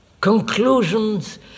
conclusions